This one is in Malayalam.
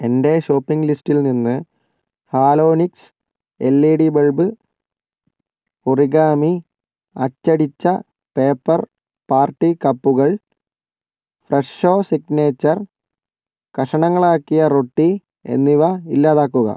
എന്റെ ഷോപ്പിംഗ് ലിസ്റ്റിൽ നിന്ന് Halonix L E D bulb origami അച്ചടിച്ച പേപ്പർ പാർട്ടി കപ്പുകൾ ഫ്രെഷോ സിഗ്നേച്ചർ കഷണങ്ങളാക്കിയ റൊട്ടി എന്നിവ ഇല്ലാതാക്കുക